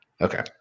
Okay